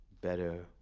better